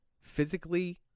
physically